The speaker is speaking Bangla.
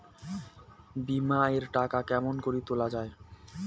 বিমা এর টাকা কেমন করি তুলা য়ায়?